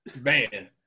Man